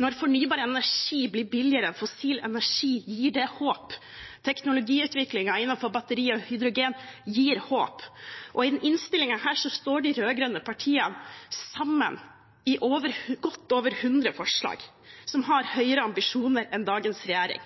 Når fornybar energi blir billigere enn fossil energi, gir det håp. Teknologiutviklingen innenfor batteri og hydrogen gir håp. I denne innstillingen står de rød-grønne partiene sammen i godt over hundre forslag og har høyere ambisjoner enn dagens regjering.